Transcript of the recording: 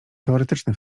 teoretyczny